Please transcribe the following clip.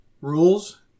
Rules